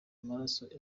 amaraso